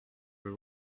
veux